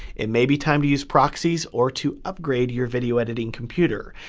it may be time to use proxies or to upgrade your video editing computer.